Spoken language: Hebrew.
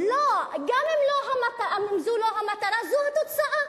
לא, גם אם זו לא המטרה, זו התוצאה.